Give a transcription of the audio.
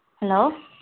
hello